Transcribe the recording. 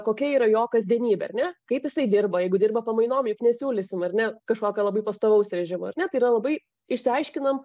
kokia yra jo kasdienybė ar ne kaip jisai dirba jeigu dirba pamainom juk nesiūlysim ar ne kažkokio labai pastovaus režimo ar ne tai yra labai išsiaiškinam